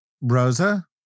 Rosa